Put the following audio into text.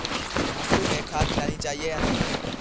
मसूर में खाद मिलनी चाहिए या नहीं?